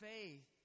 faith